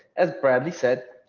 as bradley said,